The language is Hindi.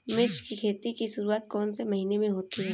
मिर्च की खेती की शुरूआत कौन से महीने में होती है?